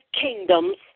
kingdoms